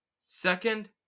second